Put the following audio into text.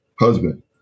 Husband